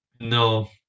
No